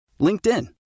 LinkedIn